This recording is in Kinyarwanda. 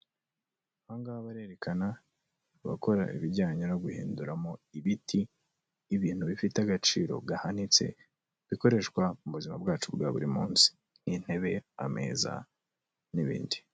Aha ngaha barerekana abakora ibijyanye no guhinduramo ibiti ibintu bifite agaciro gahanitse bikoreshwa mu buzima bwacu bwa buri munsi, nk'intebe, ameza n'ibindi.